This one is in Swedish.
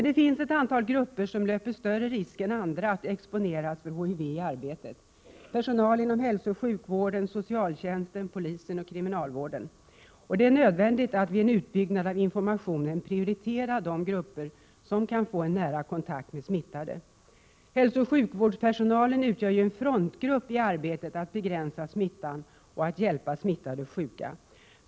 Det finns ett antal grupper som löper större risk än andra att exponeras för HIV i arbetet: personal inom hälsooch sjukvården, socialtjänsten, polisen och kriminalvården. Det är nödvändigt att vid utbyggnad av information prioritera de grupper som kan få nära kontakt med smittade. Hälsooch sjukvårdspersonalen utgör en frontgrupp i arbetet att begränsa HIV-smittan och hjälpa smittade och sjuka.